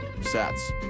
Sets